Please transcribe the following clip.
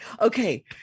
Okay